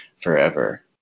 forever